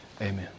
Amen